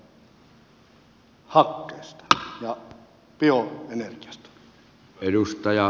arvoisa puhemies